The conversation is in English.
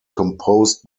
composed